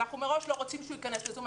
אנחנו מראש לא רוצים שהוא ייכנס לזום,